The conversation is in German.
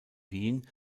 wien